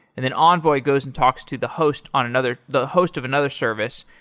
and then envoy goes and talks to the host on another the host of another service,